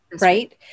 right